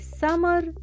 summer